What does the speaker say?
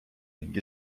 ning